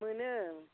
मोनो